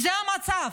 זה המצב.